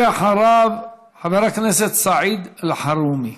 ואחריו, חבר הכנסת סעיד אלחרומי.